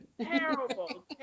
Terrible